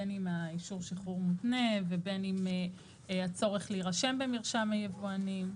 בין עם האישור שחרור מותנה ובין אם הצורך להירשם במרשם היבואנים.